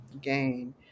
gain